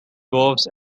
dwarves